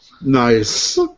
Nice